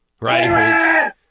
right